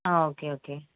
ah okay okay